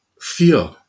fear